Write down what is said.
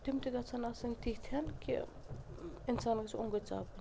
تِم تہِ گژھیٚن آسٕنۍ تِتھۍ کہِ اِنسان گژھہِ اوٚنٛگٕجۍ ژاپُن